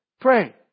pray